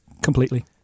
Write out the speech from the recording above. Completely